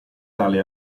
tale